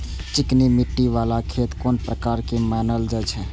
चिकनी मिट्टी बाला खेत कोन प्रकार के मानल जाय छै?